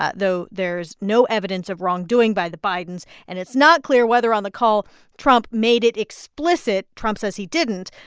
ah though there's no evidence of wrongdoing by the bidens. and it's not clear whether on the call trump made it explicit. trump says he didn't,